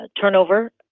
turnover